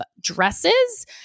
dresses